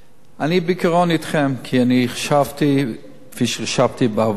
אני בעיקרון אתכם, כי חשבתי, כפי שחשבתי בעבר,